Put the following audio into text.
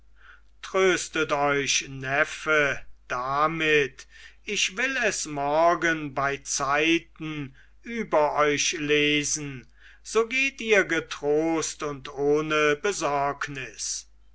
tröstet euch neffe damit ich will es morgen beizeiten über euch lesen so geht ihr getrost und ohne besorgnis